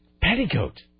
Petticoat